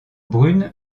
brune